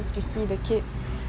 to see the kid